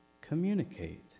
communicate